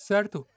Certo